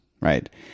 right